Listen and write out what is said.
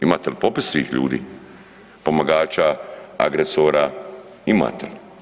Imate li popis svih ljudi, pomagača, agresora, imate li?